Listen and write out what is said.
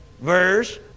verse